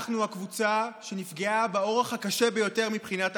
אנחנו הקבוצה שנפגעה באורח הקשה ביותר מבחינה תעסוקתית.